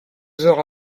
heures